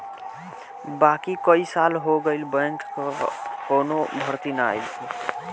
बाकी कई साल हो गईल बैंक कअ कवनो भर्ती ना आईल